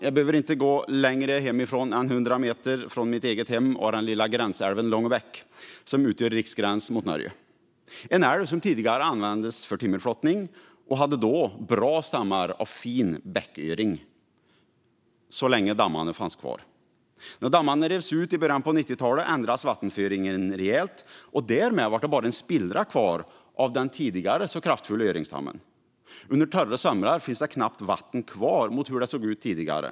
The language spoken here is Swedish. Jag behöver inte gå längre än 100 meter från mitt eget hem till den lilla gränsälven Långebäck som utgör riksgränsen mot Norge. Denna älv användes tidigare för timmerflottning och hade bra stammar av fin bäcköring - så länge dammarna fanns kvar. När dammarna revs ut i början av 90talet ändrades vattenföringen rejält, och därmed blev det bara en spillra kvar av den tidigare så kraftfulla öringstammen. Under torra somrar finns det knappt vatten kvar mot hur det såg ut tidigare.